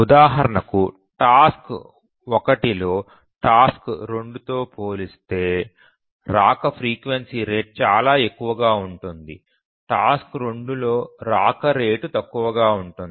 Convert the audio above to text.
ఉదాహరణకు టాస్క్ 1 లో టాస్క్ 2 తో పోలిస్తే రాక ఫ్రీక్వెన్సీ రేటు చాలా ఎక్కువగా ఉంటుంది టాస్క్ 2 లో రాక రేటు తక్కువగా ఉంటుంది